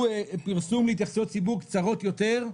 פרסום להתייחסויות ציבור קצרות יותר,